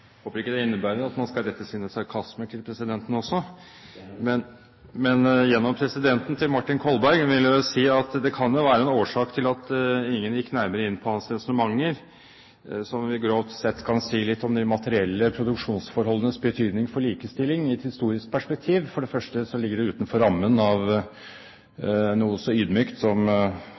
håper ikke det innebærer at man skal rette sine sarkasmer til presidenten også! Men gjennom presidenten til Martin Kolberg vil jeg vel si at det kan jo være en årsak til at ingen gikk nærmere inn på hans resonnementer, som vi grovt sett kan si var litt om de materielle produksjonsforholdenes betydning for likestilling i et historisk perspektiv. For det første ligger det utenfor rammen av noe så ydmykt som